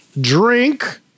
drink